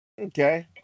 Okay